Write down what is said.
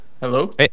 Hello